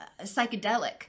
psychedelic